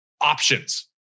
options